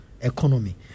economy